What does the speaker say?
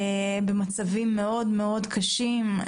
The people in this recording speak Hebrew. במצבים מאוד מאוד קשים.